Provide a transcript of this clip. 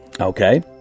Okay